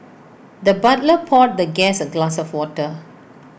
the butler poured the guest A glass of water